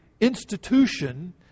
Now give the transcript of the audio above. institution